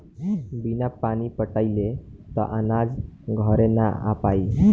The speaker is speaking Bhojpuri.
बिना पानी पटाइले त अनाज घरे ना आ पाई